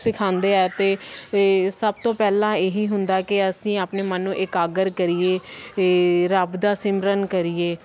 ਸਿਖਾਉਂਦੇ ਆ ਅਤੇ ਇਹ ਸਭ ਤੋਂ ਪਹਿਲਾਂ ਇਹੀ ਹੁੰਦਾ ਕਿ ਅਸੀਂ ਆਪਣੇ ਮਨ ਨੂੰ ਇਕਾਗਰ ਕਰੀਏ ਇਹ ਰੱਬ ਦਾ ਸਿਮਰਨ ਕਰੀਏ